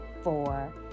four